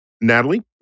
Natalie